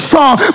strong